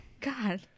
God